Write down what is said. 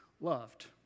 loved